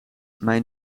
mijn